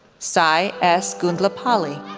sai s. gundlapalli,